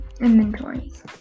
inventories